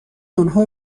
آنها